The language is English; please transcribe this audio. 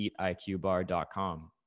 eatiqbar.com